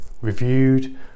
reviewed